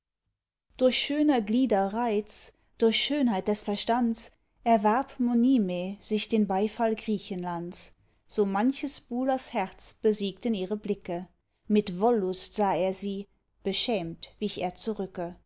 durch schöner glieder reiz durch schönheit des verstands erwarb monime sich den beifall griechenlands so manches buhlers herz besiegten ihre blicke mit wollust sah er sie beschämt wich er zurücke